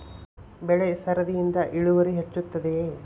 ಬೆಳೆ ಸರದಿಯಿಂದ ಇಳುವರಿ ಹೆಚ್ಚುತ್ತದೆಯೇ?